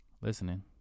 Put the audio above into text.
listening